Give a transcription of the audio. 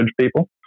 people